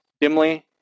dimly